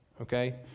okay